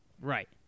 Right